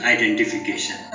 Identification